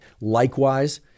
Likewise